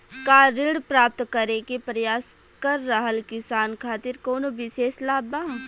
का ऋण प्राप्त करे के प्रयास कर रहल किसान खातिर कउनो विशेष लाभ बा?